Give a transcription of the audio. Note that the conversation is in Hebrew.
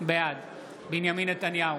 בעד בנימין נתניהו,